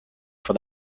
for